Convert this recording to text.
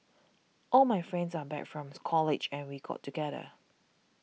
all my friends are back from's college and we got together